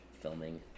filming